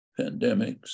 pandemics